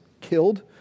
killed